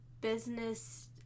business